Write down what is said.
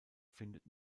findet